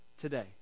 today